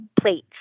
plates